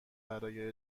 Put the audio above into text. برای